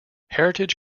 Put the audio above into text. heritage